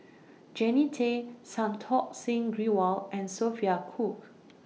Jannie Tay Santokh Singh Grewal and Sophia Cooke